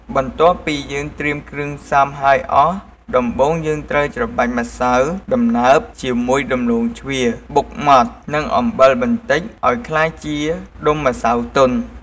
បន្ទាប់ពីយើងត្រៀមគ្រឿងផ្សំហើយអស់ ដំបូងយើងត្រូវ ច្របាច់ម្សៅដំណើបជាមួយដំឡូងជ្វាបុកម៉ដ្ឋ និងអំបិលបន្តិចឱ្យក្លាយជាដុំម្សៅទន់។